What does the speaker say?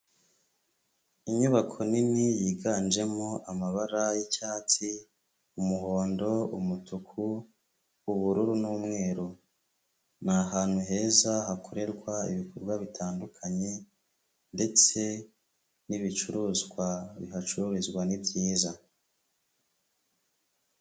Inyubako nini yiganjemo amabara y'icyatsi, umuhondo, umutuku, ubururu n'umweru, ni ahantu heza hakorerwa ibikorwa bitandukanye, ndetse n'ibicuruzwa bihacururizwa ni byiza.